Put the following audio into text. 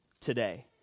today